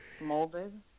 Molded